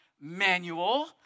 manual